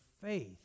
faith